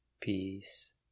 Peace